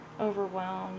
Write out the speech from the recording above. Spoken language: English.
overwhelmed